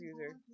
user